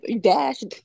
dashed